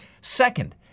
Second